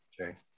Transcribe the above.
Okay